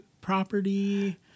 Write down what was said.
property